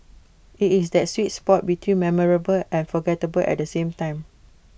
IT is that sweet spot between memorable and forgettable at the same time